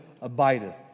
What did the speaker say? abideth